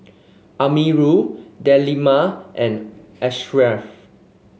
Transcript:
Amirul Delima and Ashraff